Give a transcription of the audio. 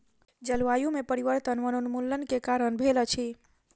जलवायु में परिवर्तन वनोन्मूलन के कारण भेल अछि